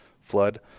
flood